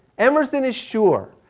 emerson is sure.